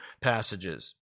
passages